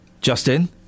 Justin